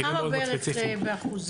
כמה הם בערך באחוזים?